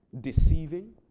deceiving